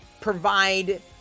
provide